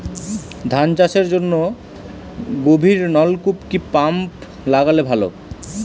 ধান চাষের জন্য গভিরনলকুপ কি পাম্প লাগালে ভালো?